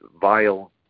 vile